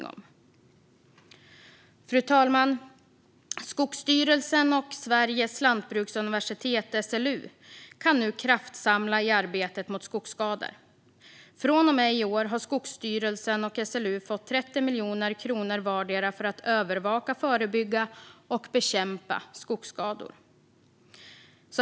Fru talman! Skogsstyrelsen och Sveriges lantbruksuniversitet SLU kan nu kraftsamla i arbetet mot skogsskador. Från och med i år har Skogsstyrelsen och SLU fått 30 miljoner kronor vardera för att övervaka, förebygga och bekämpa skogsskador.